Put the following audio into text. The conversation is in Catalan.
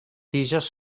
tiges